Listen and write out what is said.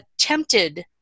attempted